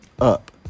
up